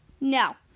No